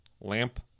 lamp